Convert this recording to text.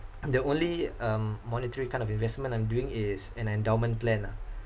the only um monetary kind of investment I'm doing is an endowment plan lah